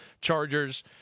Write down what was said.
Chargers